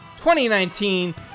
2019